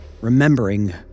remembering